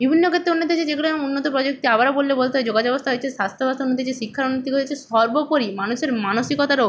বিভিন্ন ক্ষেত্রে উন্নতি হয়েছে যেগুলো যেমন উন্নত প্রযুক্তি আবারও বললে বলতে হয় যোগাযোগ ব্যবস্থা হয়েছে স্বাস্থ্য ব্যবস্থার উন্নতি হয়েছে শিক্ষার উন্নতি সর্বোপরি মানুষের মানসিকতারও